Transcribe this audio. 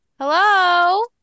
Hello